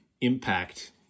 impact